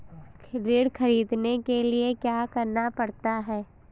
ऋण ख़रीदने के लिए क्या करना पड़ता है?